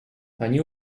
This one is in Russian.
они